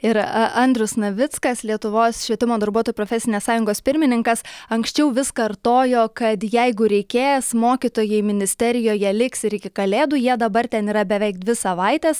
ir andrius navickas lietuvos švietimo darbuotojų profesinės sąjungos pirmininkas anksčiau vis kartojo kad jeigu reikės mokytojai ministerijoje liks ir iki kalėdų jie dabar ten yra beveik dvi savaites